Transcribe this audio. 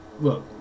look